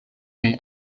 kaj